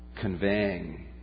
conveying